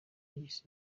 yise